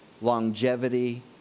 longevity